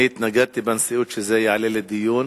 התנגדתי בנשיאות שזה יעלה לדיון